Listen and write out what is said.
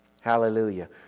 Hallelujah